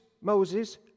Moses